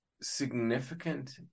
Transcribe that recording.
significant